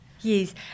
Yes